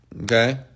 okay